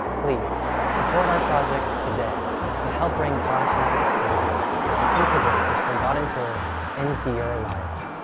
please support our project today to help bring flashlight to life and integrate this forgotten tool into your lives.